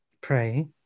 pray